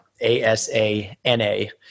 A-S-A-N-A